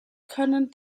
können